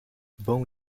born